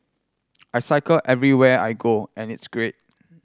I cycle everywhere I go and it's great